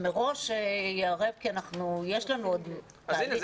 ומראש יערב אותם כי יש לנו עוד בעתיד.